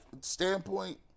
standpoint